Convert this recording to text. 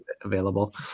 available